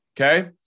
okay